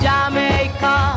Jamaica